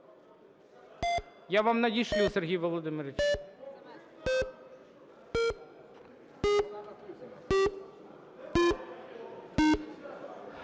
Я вам надішлю, Сергій Володимирович.